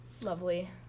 lovely